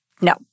No